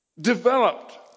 developed